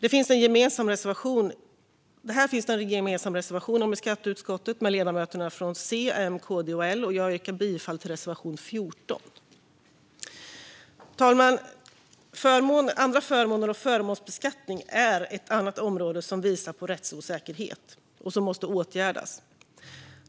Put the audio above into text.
Här finns en gemensam reservation i skatteutskottet med ledamöterna från C, M, KD och L, och jag yrkar bifall till reservation 14. Fru talman! Andra förmåner och annan förmånsbeskattning är ett annat område som visar på rättsosäkerhet och som måste åtgärdas.